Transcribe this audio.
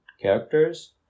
characters